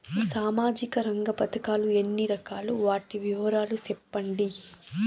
సామాజిక రంగ పథకాలు ఎన్ని రకాలు? వాటి వివరాలు సెప్పండి